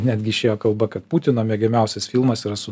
netgi išėjo kalba kad putino mėgiamiausias filmas yra su